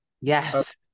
Yes